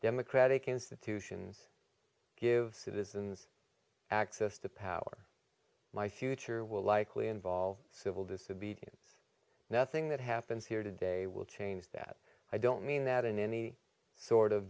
democratic institutions give citizens access to power my future will likely involve civil disobedience nothing that happens here today will change that i don't mean that in any sort of